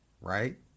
right